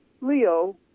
Leo